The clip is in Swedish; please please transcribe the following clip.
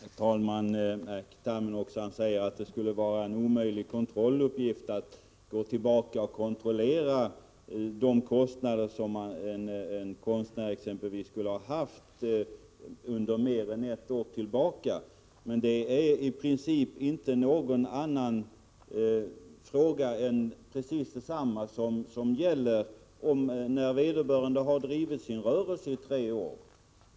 Herr talman! Erkki Tammenoksa säger att det skulle vara omöjligt att gå tillbaka mer än ett år för att kontrollera vilka kostnader exempelvis en konstnär har haft. I princip gäller detsamma om vederbörande har drivit sin rörelse i tre år.